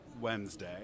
Wednesday